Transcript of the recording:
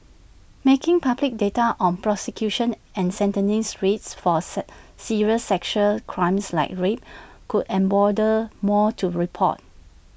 making public data on prosecution and sentencing rates for sir serious sexual crimes like rape could embolden more to report